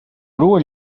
grua